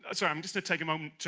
ah so i'm just to take a moment.